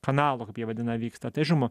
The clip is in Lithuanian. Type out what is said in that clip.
kanalu kaip jie vadina vyksta tai žinoma